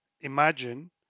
Imagine